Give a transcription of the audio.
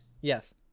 Yes